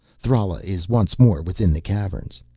thrala is once more within the caverns.